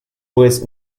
pues